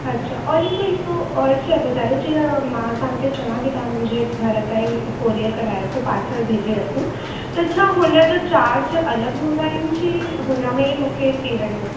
अछा औरि हीअ कोई हिकिड़ो और शइ ॿुधायो जीअं मां तव्हांखे चवां की तव्हआं मुंहिंजे घर ताईं हिक कोरियर कराए रखो पार्सल भेजे रखो त छा हुन जो चार्ज अलॻि हूंदा आहिनि की हुन में हीअ मुखे थी वेंदो